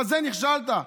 בזה נכשלת.